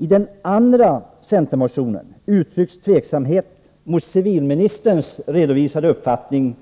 I den andra centermotionen uttrycks tveksamhet mot civilministerns redovisade uppfattning